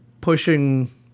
pushing –